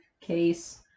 case